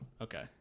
Okay